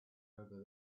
over